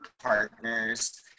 partners